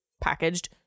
packaged